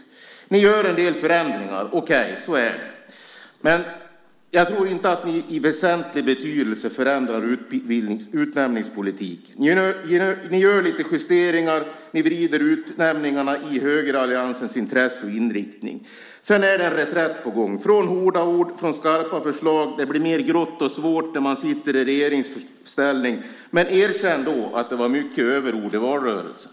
Ni gör en del förändringar. Okej, så är det. Men jag tror inte att ni i väsentlig betydelse förändrar utnämningspolitiken. Ni gör lite justeringar, och ni vrider utnämningarna i riktning mot högeralliansens intressen. Sedan är det en reträtt på gång från hårda ord och från skarpa förslag. Det blir mer grått och svårt när man sitter i regeringsställning. Men erkänn då att det var många överord i valrörelsen.